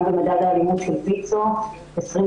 הם מעטים.